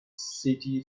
city